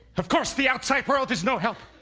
of course the outside world is no help!